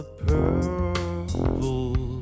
purple